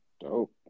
Dope